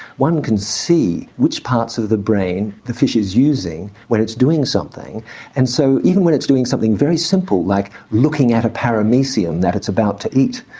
one can see which parts of the brain the fish is using when it's doing something and so even when it's doing something very simple, like looking at a paramecium that it's about to eat,